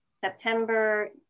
September